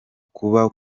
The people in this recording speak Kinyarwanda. kuba